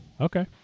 Okay